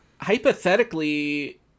hypothetically